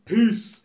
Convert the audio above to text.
Peace